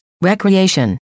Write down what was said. recreation